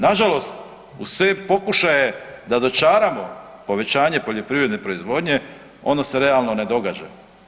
Nažalost, uz sve pokušaje da dočaramo povećanje poljoprivredne proizvodnje ono se realno ne događa.